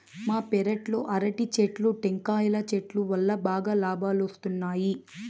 మా పెరట్లో అరటి చెట్లు, టెంకాయల చెట్టు వల్లా బాగా లాబాలొస్తున్నాయి